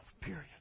period